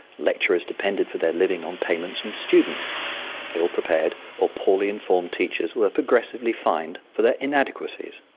lecturers depended for their living on payments from students ill-prepared or poorly informed teachers were progressively fined for their inadequacies.